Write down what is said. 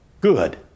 good